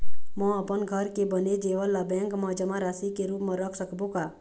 म अपन घर के बने जेवर ला बैंक म जमा राशि के रूप म रख सकबो का?